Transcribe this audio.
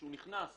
כשהוא נכנס